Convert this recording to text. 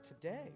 today